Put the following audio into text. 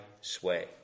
sway